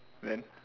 then